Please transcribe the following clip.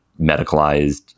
medicalized